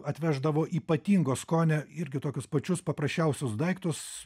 atveždavo ypatingo skonio irgi tokius pačius paprasčiausius daiktus